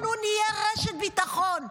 אנחנו נהיה רשת ביטחון.